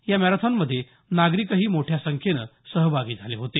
या मॅरेथॉनमध्ये नागरिक मोठ्या संख्येनं सहभागी झाले होते